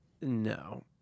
No